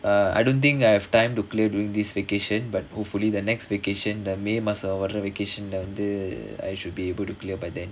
err I don't think I have time to clear during this vacation but hopefully the next vacation that may மாசம் வர:maasam vara vacation leh வந்து:vanthu I should be able to clear by then